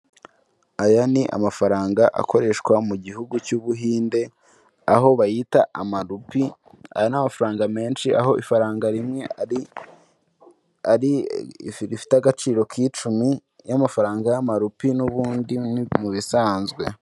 Aya ni amafaranga akoreshwa mu gihugu cy'ubuhinde, aho bayita amaropi ni amafaranga menshi, aho ifaranga rimwe rifite agaciro k'icumi y'amafaranga y'amarupi n'ubundi mu bisanzwe.